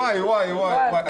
וואי, וואי, וואי.